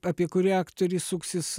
apie kurį aktorį suksis